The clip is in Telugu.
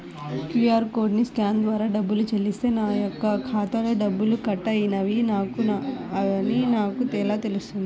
క్యూ.అర్ కోడ్ని స్కాన్ ద్వారా డబ్బులు చెల్లిస్తే నా యొక్క ఖాతాలో డబ్బులు కట్ అయినవి అని నాకు ఎలా తెలుస్తుంది?